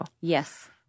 Yes